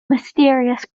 mysterious